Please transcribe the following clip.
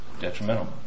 detrimental